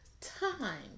time